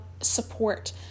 support